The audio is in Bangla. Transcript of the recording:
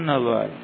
ধন্যবাদ